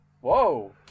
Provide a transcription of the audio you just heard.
Whoa